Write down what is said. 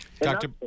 dr